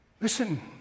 Listen